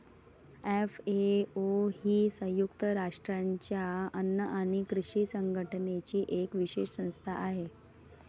FAO ही संयुक्त राष्ट्रांच्या अन्न आणि कृषी संघटनेची एक विशेष संस्था आहे